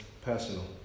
personal